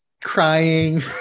crying